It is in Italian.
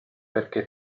perché